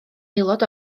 aelod